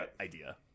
idea